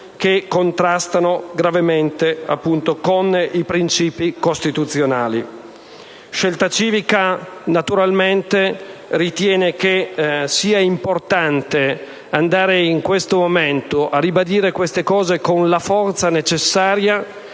che contrastano gravemente con i principi costituzionali. Scelta Civica ritiene che sia importante andare in questo momento a ribadire queste cose con la forza necessaria,